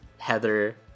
Heather